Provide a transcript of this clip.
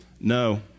No